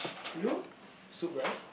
you soup right